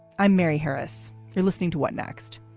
i'm mary harris. you're listening to what next.